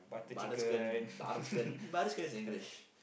butter chicken butter chicken butter chicken is English